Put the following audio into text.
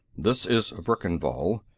this is verkan vall,